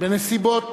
בנסיבות